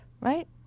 right